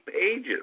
pages